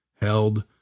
held